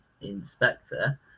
inspector